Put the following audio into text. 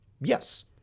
Yes